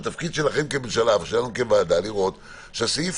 התפקיד שלכם כממשלה ושלנו כוועדה לראות שהסעיף